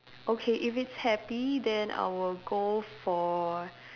okay if it's happy then I will go for